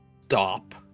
stop